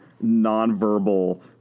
non-verbal